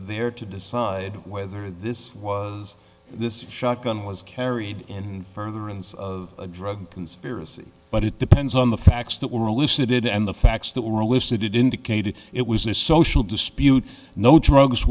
there to decide whether this was this shotgun was carried in furtherance of a drug conspiracy but it depends on the facts that were elicited and the facts that were elicited indicated it was a social dispute no drugs